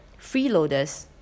freeloaders